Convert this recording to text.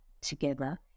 together